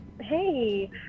Hey